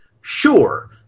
Sure